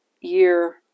year